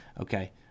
Okay